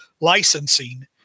licensing